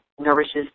nourishes